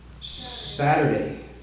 Saturday